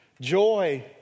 Joy